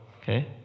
okay